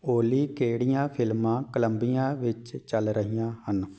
ਓਲੀ ਕਿਹੜੀਆਂ ਫਿਲਮਾਂ ਕਲੰਬੀਆ ਵਿੱਚ ਚੱਲ ਰਹੀਆਂ ਹਨ